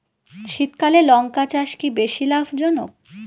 শীতকালে লঙ্কা চাষ কি বেশী লাভজনক?